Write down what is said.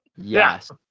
Yes